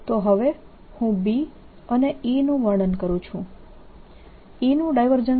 તો હવે હું B અને E નું વર્ણન કરું છું E નું ડાયવર્જન્સ